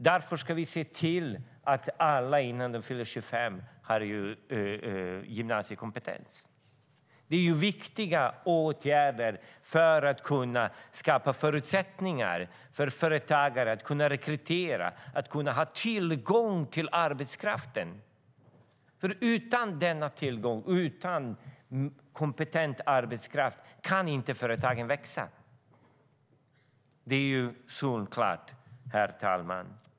Därför ska vi se till att alla har gymnasiekompetens innan de fyller 25 år. Det är viktiga åtgärder för att man ska kunna skapa förutsättningar för företagare att kunna rekrytera och ha tillgång till arbetskraft. Utan tillgång till kompetent arbetskraft kan företagen inte växa. Det är solklart, herr talman.